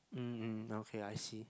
mm okay I see